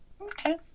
Okay